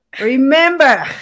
remember